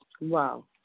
Wow